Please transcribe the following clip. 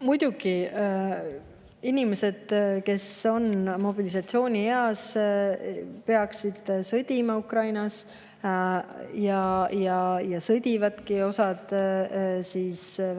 Muidugi, inimesed, kes on mobilisatsioonieas, peaksid sõdima Ukrainas, ja sõdivadki.